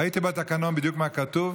ראיתי בתקנון בדיוק מה כתוב,